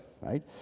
right